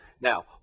Now